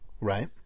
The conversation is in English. Right